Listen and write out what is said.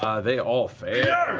ah they all fail.